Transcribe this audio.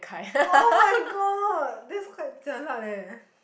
[oh]-my-god that's quite jialat leh